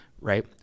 right